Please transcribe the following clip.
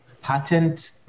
patent